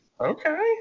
okay